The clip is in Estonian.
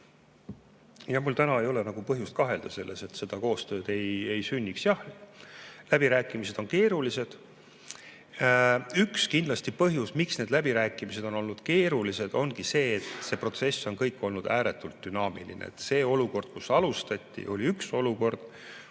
Mul ei ole täna põhjust kahelda selles, et seda koostööd ei sünni. Jah, läbirääkimised on keerulised. Üks põhjusi, miks need läbirääkimised on olnud keerulised, kindlasti on see, et see protsess on olnud ääretult dünaamiline. See olukord, kust alustati, oli üks olukord: